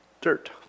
dirt